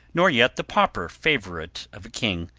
nor yet the pauper favorite of a king,